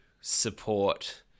support